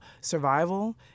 survival